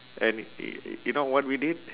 and y~ you know what we did